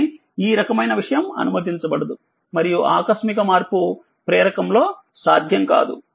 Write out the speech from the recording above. కానీఈరకమైన విషయం అనుమతించబడదు మరియు ఆకస్మిక మార్పు ప్రేరకంలో సాధ్యం కాదు